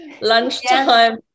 lunchtime